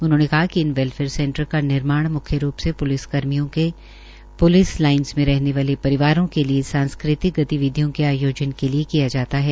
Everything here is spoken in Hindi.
उन्होंने कहा कि इन वेलफेयर सेंटर का निर्माण म्ख्य रूप से प्लिस कर्मियों के प्लिस लाइंस में रहने वाले परिवारों के लिए सांस्कृतिक गतिविधियों के आयोजन के लिए किया जाता है